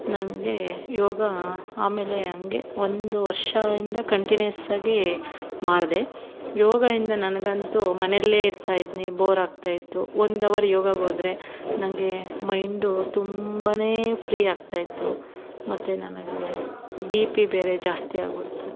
ನನಗೆ ಯೋಗ ಆಮೇಲೆ ಹಂಗೆ ಒಂದು ವರ್ಷ ಇಂದ ಕಂಟಿನ್ಯುಸ್ಸಾಗಿ ಮಾಡಿದೆ ಯೋಗಯಿಂದ ನನಗಂತು ಮನೆಯಲ್ಲೇ ಇರ್ತಾ ಇದ್ದೆ ಬೋರ್ ಆಗ್ತಾಯಿತ್ತು ಒಂದು ಅವರು ಯೋಗಾಗೋದ್ರೆ ನಂಗೇ ಮೈಂಡು ತುಂಬ ಫ್ರೀ ಆಗ್ತಾಯಿತ್ತು ಮತ್ತು ನನಗೆ ಬಿ ಪಿ ಬೇರೆ ಜಾಸ್ತಿ ಆಗಿಬಿಡ್ತು